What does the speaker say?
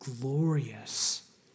glorious